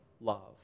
love